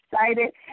excited